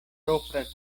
propra